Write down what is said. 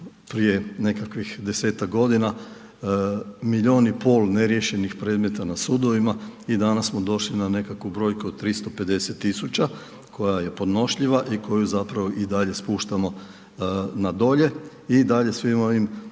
prije nekakvih desetak godina milijun i pol neriješenih predmeta na sudovima i danas smo došli na nekakvu brojku od 350 tisuća koja je podnošljiva i koju i dalje spuštamo na dolje i dalje svim ovim